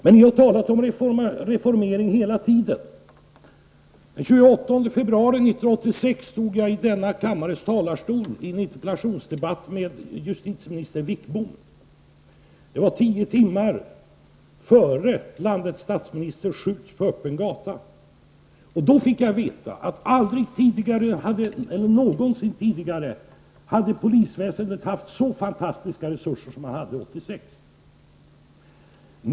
Men ni har talat om reformering hela tiden. Den 28 februari 1986 stod jag i denna kammares talarstol, i en interpellationsdebatt med justitieminister Wickbom. Det var tio timmar innan landets statsminister sköts på öppen gata. Och då fick jag veta att aldrig någonsin tidigare hade polisväsendet haft så fantastiska resurser som man hade 1986.